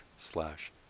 slash